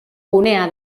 gunea